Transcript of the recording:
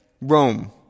Rome